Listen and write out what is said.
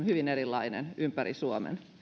hyvin erilaisia ympäri suomen